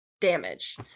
damage